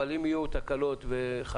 אבל אם יהיו תקלות וחריקות,